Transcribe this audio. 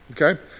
Okay